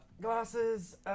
glasses